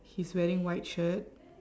he's wearing white shirt